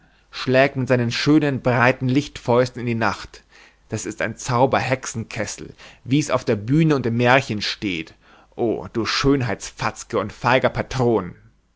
schlägt mit seinen schönen breiten lichtfäusten in die nacht das ist ein zauberhexenkessel wie's auf der bühne und im märchen steht o du schönheitsfatzke und feiger patron